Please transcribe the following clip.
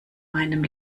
meinem